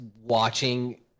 watching